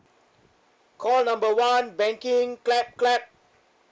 call number one banking clap clap